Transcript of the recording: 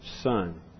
Son